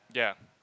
ya